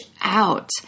out